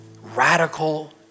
radical